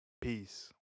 Peace